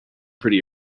pretty